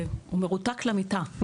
הוא מרותק למיטה,